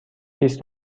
بیست